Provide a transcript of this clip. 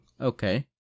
Okay